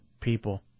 people